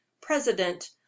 President